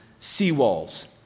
seawalls